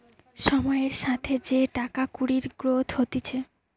সময়ের সাথে যে টাকা কুড়ির গ্রোথ হতিছে